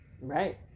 right